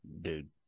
dude